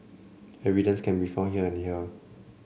evidence can be found here and here